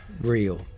real